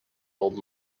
old